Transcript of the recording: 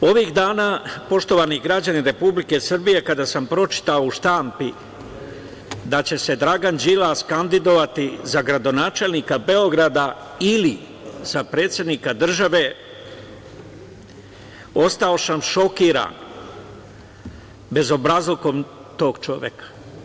Ovih dana, poštovani građani Republike Srbije, kada sam pročitao u štampi da će se Dragan Đilas kandidovati za gradonačelnika Beograda ili za predsednika države, ostao sam šokiran bezobrazlukom tog čoveka.